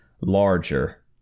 larger